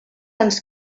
ens